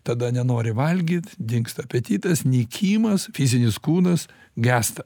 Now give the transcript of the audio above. tada nenori valgyt dingsta apetitas nykimas fizinis kūnas gęsta